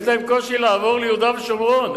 יש להם קושי לעבור ליהודה ושומרון,